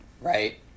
right